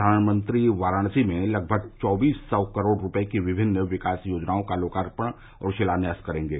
प्रधानमंत्री वाराणसी में लगभग चौबीस सौ करोड़ रूपये की विभिन्न विकास योजनाओं का लोकार्पण और शिलान्यास करेंगे